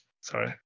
Sorry